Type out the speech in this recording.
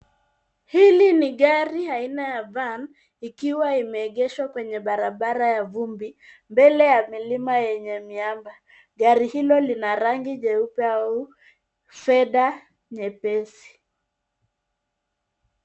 Hili ni gari aina ya Van ,ikiwa imeegeshwa kwenye barabara ya vumbi, mbele ya milima yenye miamba. Gari hilo lina rangi jeupe au fedha nyepesi.